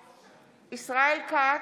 אינו נוכח ישראל כץ,